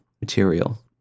material